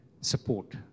support